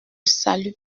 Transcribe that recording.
salut